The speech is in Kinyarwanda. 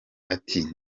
ati